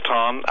Tom